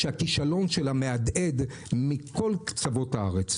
שהכישלון שלה מהדהד מכל קצוות הארץ.